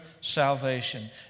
salvation